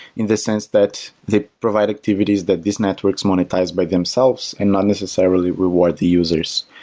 in the sense that they provide activities that these networks monetize by themselves and not necessarily reward the users.